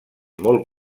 molt